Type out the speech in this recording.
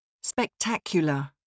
Spectacular